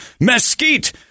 Mesquite